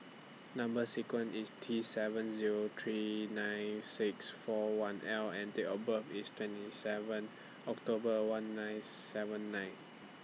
Number sequence IS T seven Zero three nine six four one L and Date of birth IS twenty seven October one nine seven nine